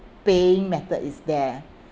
paying method is there